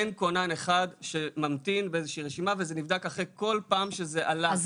אין כונן אחד שממתין באיזושהי רשימה וזה נבדק אחרי כל פעם שזה עלה.